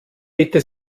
bitte